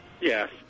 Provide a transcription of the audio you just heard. Yes